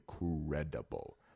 incredible